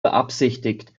beabsichtigt